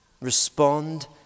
Respond